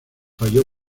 falló